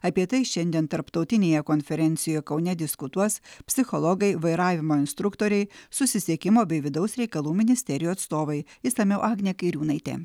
apie tai šiandien tarptautinėje konferencijoje kaune diskutuos psichologai vairavimo instruktoriai susisiekimo bei vidaus reikalų ministerijų atstovai išsamiau agnė kairiūnaitė